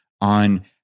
on